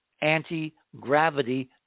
anti-gravity